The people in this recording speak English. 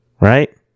right